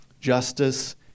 justice